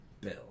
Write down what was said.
Bill